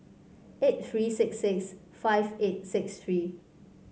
eight tree six six five eight six tree